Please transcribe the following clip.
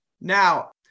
now